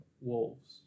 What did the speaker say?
Wolves